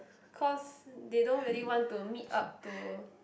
cause they don't really want to meet up to